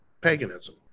paganism